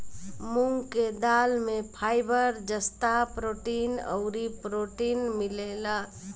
मूंग के दाल में फाइबर, जस्ता, प्रोटीन अउरी प्रोटीन मिलेला